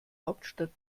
hauptstadt